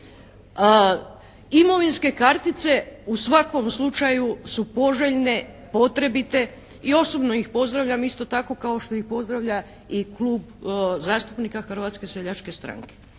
imovinske kartice u svakom slučaju su poželjne, potrebite i osobno ih pozdravljam isto tako kao što ih pozdravlja i Klub zastupnika Hrvatske seljačke stranke.